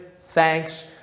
thanks